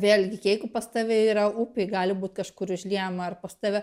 vėlgi jeigu pas tave yra upė gali būt kažkur užliejama ar pas tave